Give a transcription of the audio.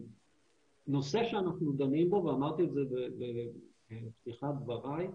הנושא שאנחנו דנים, ואמרתי את זה בפתיחת דבריי,